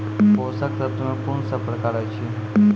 पोसक तत्व मे कून सब प्रकार अछि?